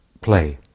play